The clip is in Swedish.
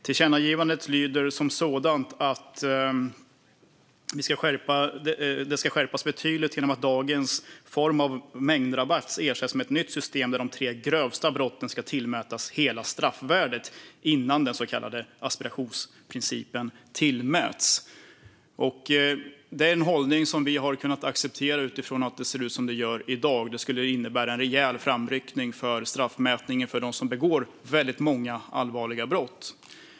Tillkännagivandet innebär att det ska ske en betydlig skärpning genom att dagens form av mängdrabatt ersätts av ett nytt system där de tre grövsta brotten ska tillmätas hela straffvärdet innan den så kallade asperationsprincipen tillämpas. Det är en hållning som vi har kunnat acceptera utifrån att det ser ut som det gör i dag. Det skulle innebära en rejäl framryckning för straffmätningen för dem som begår väldigt många allvarliga brott.